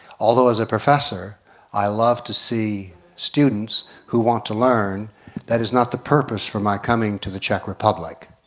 although as a professor i love to see students who want to learn that is not the purpose for my coming to the czech republic.